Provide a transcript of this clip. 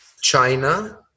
China